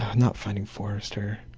not finding forrester,